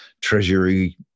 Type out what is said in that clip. Treasury